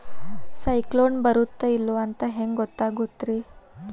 ಸೈಕ್ಲೋನ ಬರುತ್ತ ಇಲ್ಲೋ ಅಂತ ಹೆಂಗ್ ಗೊತ್ತಾಗುತ್ತ ರೇ?